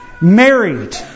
married